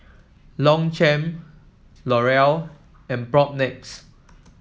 Longchamp L'Oreal and Propnex